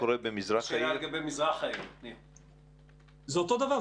זה אותו דבר.